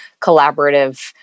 collaborative